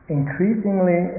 increasingly